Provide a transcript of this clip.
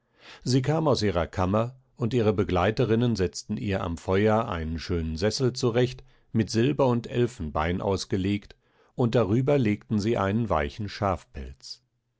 sie kam aus ihrer kammer und ihre begleiterinnen setzten ihr am feuer einen schönen sessel zurecht mit silber und elfenbein ausgelegt und drüber legten sie einen weichen schafpelz